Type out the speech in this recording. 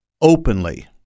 openly